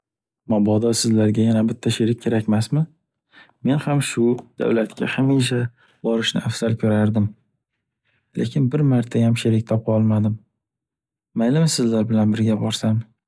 Mobodo sizlarga yana bitta sherik kerakmasmi? Men ham shu davlatga hamisha borishni afzal ko’rardim. Lekin bir martayam sherik topa olmadim. Maylimi, sizlar bilan birga borsam?